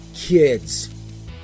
kids